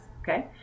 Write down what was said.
okay